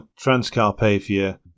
Transcarpathia